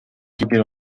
quiero